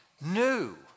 new